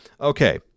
Okay